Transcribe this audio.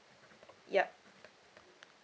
yup